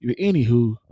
anywho